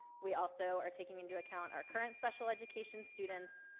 we also are taking into account our current special education students,